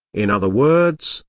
in other words,